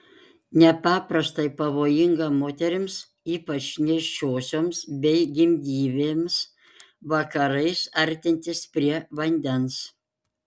nepaprastai pavojinga moterims ypač nėščiosioms bei gimdyvėms vakarais artintis prie vandens